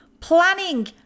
Planning